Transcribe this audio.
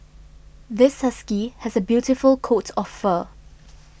this husky has a beautiful coat of fur